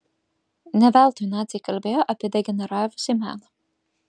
ne veltui naciai kalbėjo apie degeneravusį meną